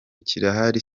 kirahari